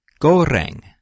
goreng